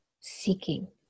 seeking